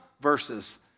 verses